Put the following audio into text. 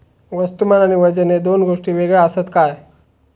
वस्तुमान आणि वजन हे दोन गोष्टी वेगळे आसत काय?